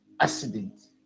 accident